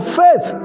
faith